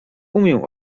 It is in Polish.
umiem